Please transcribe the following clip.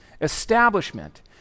establishment